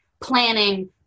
planning